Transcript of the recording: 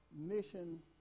mission